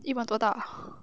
一碗多大